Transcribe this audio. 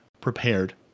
prepared